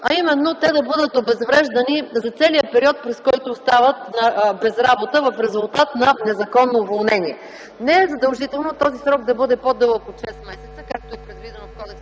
а именно – те да бъдат обезвреждани за целия период, през който остават без работа в резултат на незаконно уволнение. Не е задължително този срок да бъде по-дълъг от шест месеца, както е предвидено в Кодекса